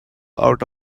out